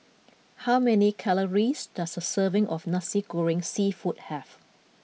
how many calories does a serving of Nasi Goreng seafood have